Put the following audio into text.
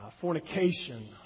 fornication